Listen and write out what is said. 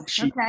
okay